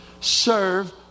serve